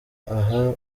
aha